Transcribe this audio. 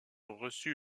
reçut